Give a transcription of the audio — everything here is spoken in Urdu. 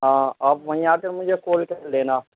ہاں آپ وہیں آ کے مجھے کال کر لینا